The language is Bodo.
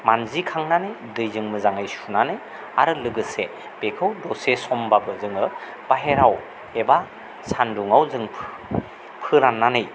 मानजि खांनानै दैजों मोजाङै सुनानै आरो लोगोसे बेखौ दसे समबाबो जोङो बाहेरायाव एबा सानदुङाव जों फोराननानै